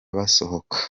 basohoka